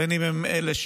בין אם הם מהליכוד,